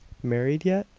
married yet?